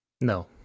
No